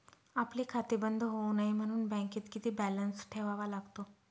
आपले खाते बंद होऊ नये म्हणून बँकेत किती बॅलन्स ठेवावा लागतो?